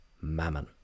mammon